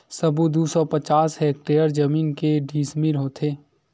सबो दू सौ पचास हेक्टेयर जमीन के डिसमिल होथे?